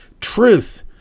truth